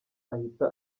ahita